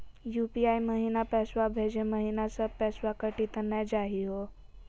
UPI महिना पैसवा भेजै महिना सब पैसवा कटी त नै जाही हो?